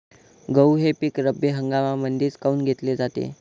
गहू हे पिक रब्बी हंगामामंदीच काऊन घेतले जाते?